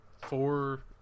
four